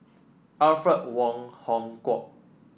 Alfred Wong Hong Kwok